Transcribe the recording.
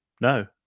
No